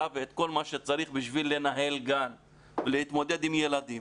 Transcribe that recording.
ואת כל מה שצריך בשביל לנהל גן ולהתמודד עם ילדים